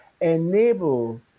enable